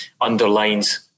underlines